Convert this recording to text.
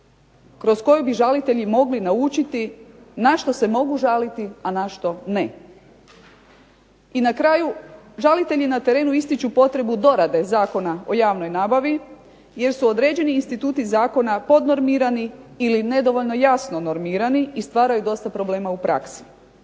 kroz koju bi žalitelji mogli naučiti na što se mogu žaliti, a na što ne. I na kraju, žalitelji na terenu ističu potrebu dorade Zakona o javnoj nabavi, jer su određeni instituta zakona podnormirani ili nedovoljno jasno normirani i stvaraju dosta problema u praksi.